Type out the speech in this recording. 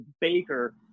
Baker